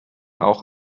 auch